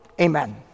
Amen